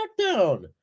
SmackDown